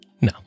No